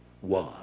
one